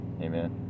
Amen